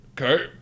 Okay